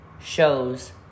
shows